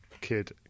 kid